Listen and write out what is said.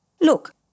Look